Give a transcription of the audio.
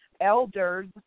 Elders